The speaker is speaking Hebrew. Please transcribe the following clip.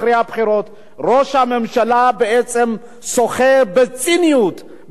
ראש הממשלה בעצם סוחר בציניות בחברה הישראלית,